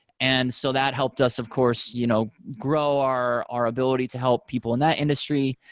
and so that helped us of course you know grow our our ability to help people in that industry.